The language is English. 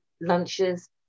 Lunches